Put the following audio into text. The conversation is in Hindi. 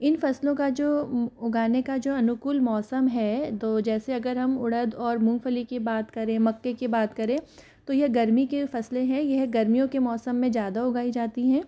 इन फसलों का जो उगाने का जो अनुकूल मौसम है दो जैसे अगर हम उड़द और मूंगफली की बात करें मक्के की बात करें तो यह गर्मी की फसलें है यह गर्मियों के मौसम में ज़्यादा उगाई जाती हैं